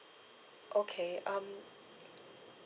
okay um